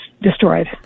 destroyed